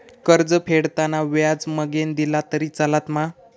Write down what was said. कर्ज फेडताना व्याज मगेन दिला तरी चलात मा?